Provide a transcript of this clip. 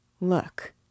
Look